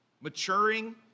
Maturing